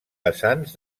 vessants